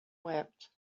wept